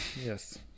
Yes